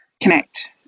connect